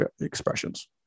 expressions